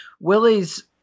Willie's